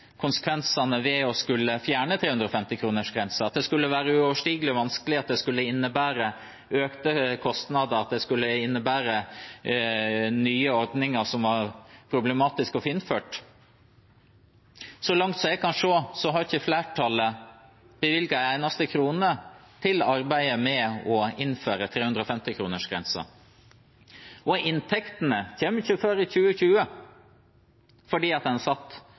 konsekvensene ved å fjerne 350-kronersgrensen – at det skulle være uoverstigelig vanskelig, at det skulle innebære økte kostnader, at det skulle innebære nye ordninger som ville være problematisk å få innført. Så langt jeg kan se, har ikke flertallet bevilget en eneste krone til arbeidet med å innføre 350-kronersgrensen. Og inntektene kommer ikke før i 2020, fordi